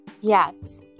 Yes